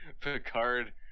Picard